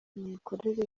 mikorere